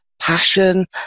passion